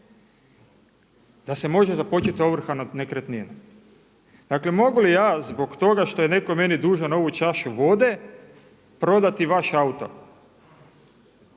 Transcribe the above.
da se može započeti ovrha nad nekretninom. Dakle mogu li ja zbog toga što je netko meni dužan ovu čašu vode prodati vaš auto.